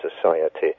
society